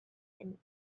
and